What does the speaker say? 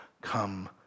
Come